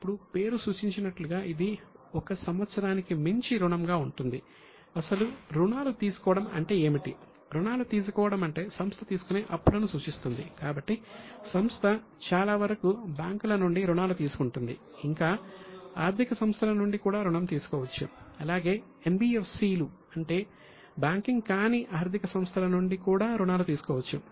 అందులో మీరు అంశం 'a' చూస్తే అది దీర్ఘకాలిక రుణాలు అంటే బ్యాంకింగ్ కాని ఆర్థిక సంస్థల నుండి కూడా రుణాలు తీసుకోవచ్చు